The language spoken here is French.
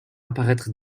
apparaître